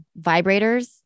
vibrators